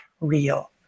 real